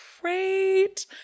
great